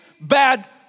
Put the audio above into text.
bad